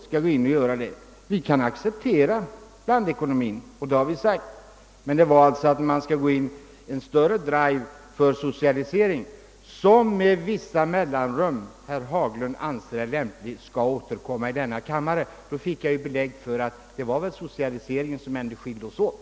Vi har sagt att vi kan acceptera blandekonomin, men här är det fråga om att göra en större drive för socialisering, en sak som herr Haglund anser det vara lämpligt att återkomma med i denna kammare med vissa mellanrum. Nu fick jag ändå belägg för att det var socialiseringsfrågan som skilde oss åt.